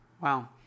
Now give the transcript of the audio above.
wow